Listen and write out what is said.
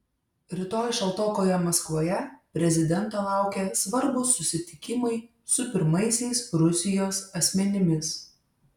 rytoj šaltokoje maskvoje prezidento laukia svarbūs susitikimai su pirmaisiais rusijos asmenimis